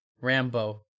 Rambo